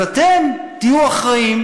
אז אתם תהיו אחראים,